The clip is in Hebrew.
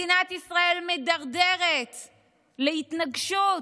מדינת ישראל מידרדרת להתנגשות,